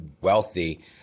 wealthy